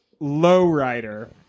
Lowrider